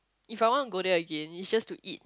if I want to go there again it's just to eat